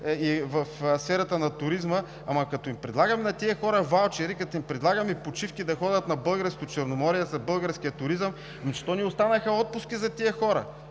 и в сферата на туризма. Но като им предлагаме на тези хора ваучери, като им предлагаме да ходят на почивка на Българското Черноморие, за българския туризъм, ами то не останаха отпуски за тези хора.